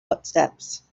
footsteps